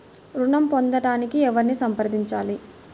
ఋణం పొందటానికి ఎవరిని సంప్రదించాలి?